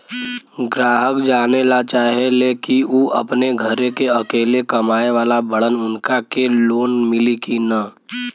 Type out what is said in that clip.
ग्राहक जानेला चाहे ले की ऊ अपने घरे के अकेले कमाये वाला बड़न उनका के लोन मिली कि न?